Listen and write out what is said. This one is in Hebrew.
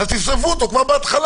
אז תשרפו אותו כבר בהתחלה.